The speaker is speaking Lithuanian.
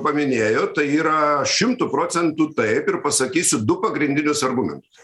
paminėjot tai yra šimtu procentų taip ir pasakysiu du pagrindinius argumentus